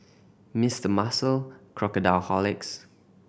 Mister Muscle Crocodile Horlicks